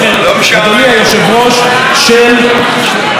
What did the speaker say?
של קבלת זכות השיבה.